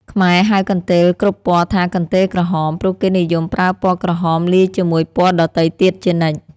ខ្មែរហៅកន្ទេលគ្រប់ពណ៌ថា កន្ទេលក្រហម ព្រោះគេនិយមប្រើពណ៌ក្រហមលាយជាមួយពណ៌ដទៃទៀតជានិច្ច ។